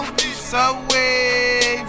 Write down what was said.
Subway